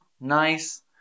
Nice